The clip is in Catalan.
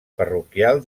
parroquial